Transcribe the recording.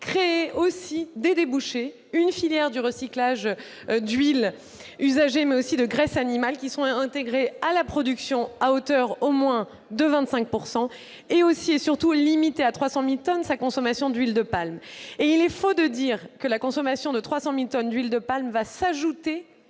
créer des débouchés, une filière de recyclage d'huiles usagées, mais aussi de graisses animales, qui sont intégrées à la production à hauteur au moins de 25 %. Total devra également et surtout limiter à 300 000 tonnes sa consommation d'huile de palme. Il est faux de dire que la consommation de ces 300 000 tonnes d'huile de palme va s'ajouter